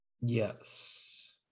Yes